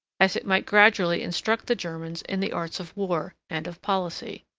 as it might gradually instruct the germans in the arts of war and of policy.